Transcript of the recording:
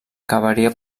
acabaria